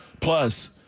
plus